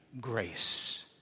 grace